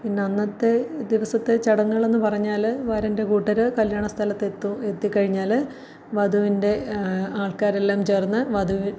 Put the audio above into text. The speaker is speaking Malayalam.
പിന്നെ അന്നത്തെ ദിവസത്തെ ചടങ്ങുകളെന്നു പറഞ്ഞാൽ വരൻ്റെ കൂട്ടർ കല്യാണ സ്ഥലത്ത് എത്തും എത്തിക്കഴിഞ്ഞാല് വധുവിൻ്റെ ആൾക്കാരെല്ലാം ചേർന്ന് വധുവിന്റെ